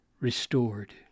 restored